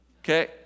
okay